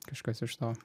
kažkas iš to